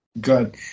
Good